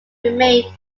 remained